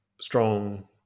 strong